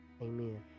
amen